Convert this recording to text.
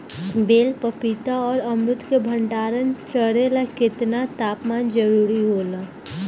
बेल पपीता और अमरुद के भंडारण करेला केतना तापमान जरुरी होला?